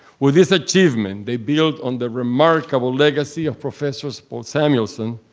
will this achievement, they build on the remarkable legacy of professors paul samuelson,